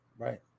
Right